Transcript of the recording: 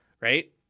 Right